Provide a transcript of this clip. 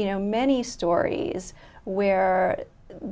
you know many stories where